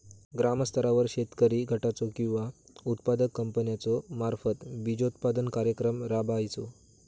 ग्रामस्तरावर शेतकरी गटाचो किंवा उत्पादक कंपन्याचो मार्फत बिजोत्पादन कार्यक्रम राबायचो?